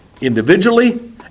Individually